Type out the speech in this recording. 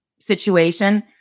situation